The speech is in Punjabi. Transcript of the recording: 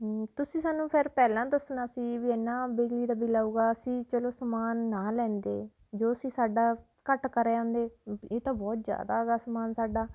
ਤੁਸੀਂ ਸਾਨੂੰ ਫਿਰ ਪਹਿਲਾਂ ਦੱਸਣਾ ਸੀ ਵੀ ਇੰਨਾਂ ਬਿਜਲੀ ਦਾ ਬਿਲ ਆਵੇਗਾ ਅਸੀਂ ਚਲੋ ਸਮਾਨ ਨਾ ਲੈਂਦੇ ਜੋ ਅਸੀਂ ਸਾਡਾ ਘੱਟ ਕਰ ਆਉਂਦੇ ਇਹ ਤਾਂ ਬਹੁਤ ਜ਼ਿਆਦਾ ਗਾ ਸਮਾਨ ਸਾਡਾ